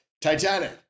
Titanic